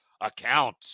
account